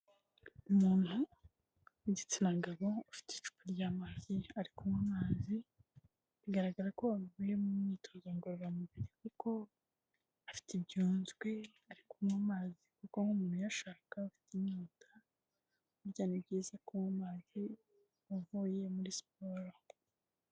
Umuntu w'igitsina gabo ufite icupa rya mazi ariywa amazi bigaragara ko avuye mu myitozo ngororamubiri. kuko afite ibunzwe ari kunywa amazi nk'umuntu washakaga ufite inyota. byaba byiza kunywa amazi avuye muri siporo.